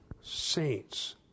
saints